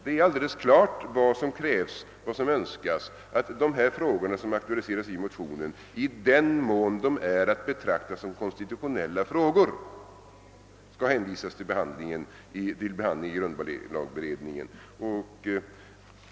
Det är alldeles klart vad som önskas: att de frågor som aktualiseras i motionen, i den mån de är att betrakta som konstitutionella frågor, skall hänvisas till behandling i grundlagberedningen.